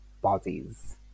bodies